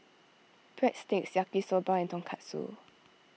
Breadsticks Yaki Soba and Tonkatsu